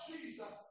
Jesus